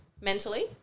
mentally